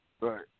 Right